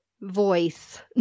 voice